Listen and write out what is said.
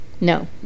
No